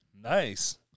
nice